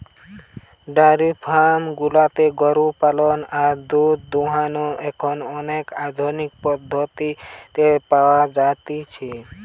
diary farm গুলাতে গরু পালনের আর দুধ দোহানোর এখন অনেক আধুনিক পদ্ধতি পাওয়া যতিছে